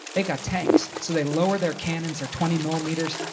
they've got tanks. so they lower their cannons, their twenty millimeters.